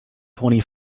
twenty